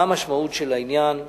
מה המשמעות של העניין?